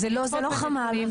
לא, זה לא חמ"ל.